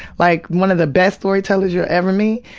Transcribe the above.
like, one of the best storytellers you'd ever meet,